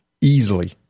Easily